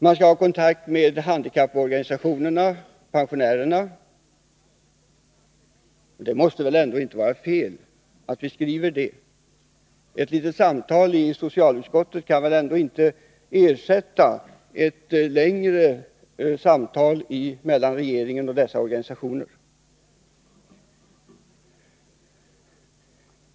Man skall ha kontakt med handikapporganisationerna och pensionärerna. Det kan väl ändå inte vara fel av oss att skriva det? Ett kort samtal i utskottet kan väl ändå inte ersätta ett längre samtal mellan regeringen och dessa organisationer?